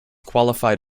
qualified